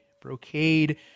brocade